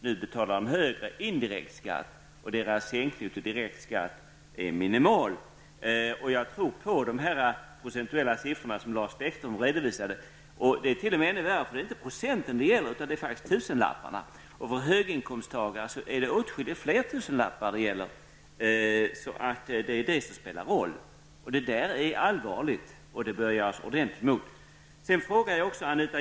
Nu betalar de en högre indirekt skatt, medan sänkningen av deras direkta skatt är minimal. Jag tror på de procentuella siffror som Lars Bäckström redovisade. Det är t.o.m. ännu värre. Det är inte procent det gäller utan tusenlappar. För en höginkomsttagare gäller det åtskilligt flera tusenlappar. Detta spelar en roll. Det är allvarligt, och någonting ordentligt bör göras.